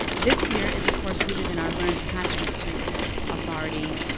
this fear is of course rooted in our learned attachment to authority,